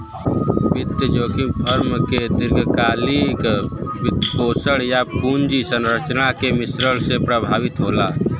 वित्तीय जोखिम फर्म के दीर्घकालिक वित्तपोषण, या पूंजी संरचना के मिश्रण से प्रभावित होला